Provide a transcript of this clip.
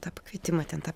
tą pakvietimą ten tą